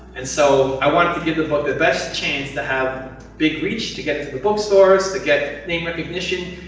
and so, i wanted to give the book the best chance, to have big reach, to get to the bookstores, to get name recognition.